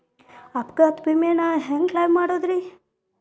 ಅಪಘಾತ ವಿಮೆನ ಹ್ಯಾಂಗ್ ಕ್ಲೈಂ ಮಾಡೋದ್ರಿ?